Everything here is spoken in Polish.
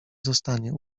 zostanie